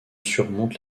surmonte